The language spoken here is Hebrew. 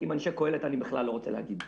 עם אנשי קהלת אני בכלל לא רוצה להגיד.